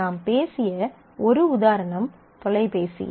நாம் பேசிய ஒரு உதாரணம் தொலைபேசி எண்